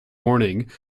warning